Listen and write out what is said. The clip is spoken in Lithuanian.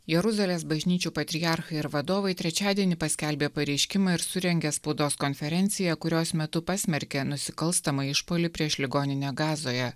jeruzalės bažnyčių patriarchai ir vadovai trečiadienį paskelbė pareiškimą ir surengė spaudos konferenciją kurios metu pasmerkė nusikalstamą išpuolį prieš ligoninę gazoje